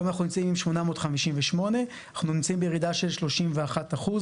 והיום אנחנו נמצאים עם 858. אנחנו נמצאים עם ירידה של 31% בצרפת.